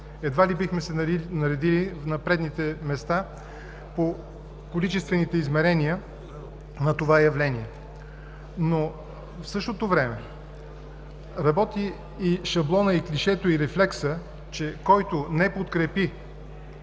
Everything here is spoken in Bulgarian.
Едва ли бихме се наредили на предните места по количествените измерения на това явление. Но в същото време работи и шаблонът, клишето и рефлексът, че който не подкрепи